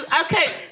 Okay